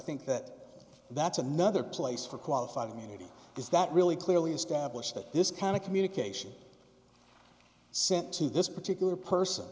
think that that's another place for qualified immunity does that really clearly establish that this kind of communication sent to this particular person